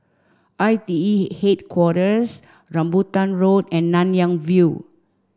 I T E Headquarters Rambutan Road and Nanyang View